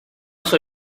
soy